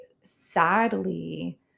sadly